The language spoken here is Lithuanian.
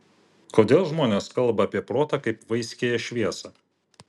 kodėl žmonės kalba apie protą kaip vaiskiąją šviesą